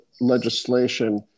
legislation